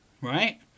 right